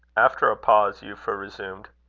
after a pause, euphra resumed